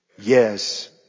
Yes